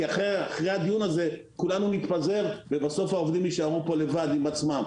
אחרי הדיון הזה כולנו נתפזר ובסוף העובדים יישארו לבד עם עצמם.